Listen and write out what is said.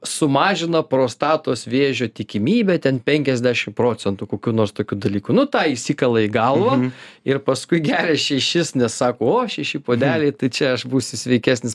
sumažina prostatos vėžio tikimybę ten penkiasdešim procentų kokių nors tokių dalykų nu tą įsikala į galvą ir paskui geria šešis nes sako o šeši puodeliai tai čia aš būsiu sveikesnis